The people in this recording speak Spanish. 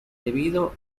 debido